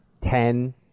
ten